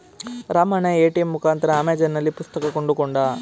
Ramanna ATM ಮುಖಾಂತರ ಅಮೆಜಾನ್ನಲ್ಲಿ ಪುಸ್ತಕ ಕೊಂಡುಕೊಂಡ